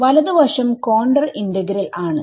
വലതുവശം contour integral ആണ്